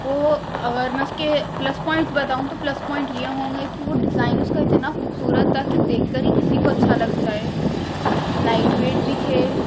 وہ اگر میں اس کے پلس پوائنٹس بتاؤں تو پلس پوائنٹس یہ ہوں گے کہ وہ ڈیزائن اس کا اتنا خوبصورت تھا کہ دیکھ کر ہی کسی کو اچھا لگ جائے لائٹ ویٹ بھی تھے